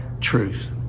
truth